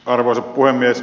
arvoisa puhemies